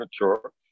mature